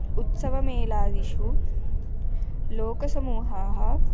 उत्सवमेलादिषु लोकसमूहाः